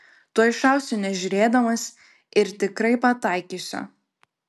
tuoj šausiu nežiūrėdamas ir tikrai pataikysiu